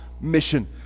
mission